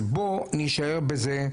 אז בוא נישאר בזה.